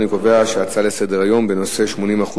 אני קובע שההצעה לסדר-היום בנושא: 80%